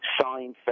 Seinfeld